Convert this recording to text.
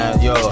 yo